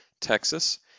Texas